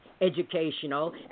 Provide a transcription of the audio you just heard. educational